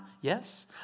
yes